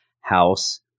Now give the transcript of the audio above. House